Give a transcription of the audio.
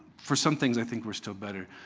for some things i think we're still better.